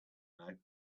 know